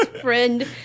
friend